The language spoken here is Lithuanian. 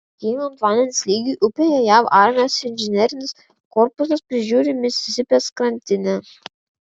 kylant vandens lygiui upėje jav armijos inžinerinis korpusas prižiūri misisipės krantinę